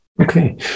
Okay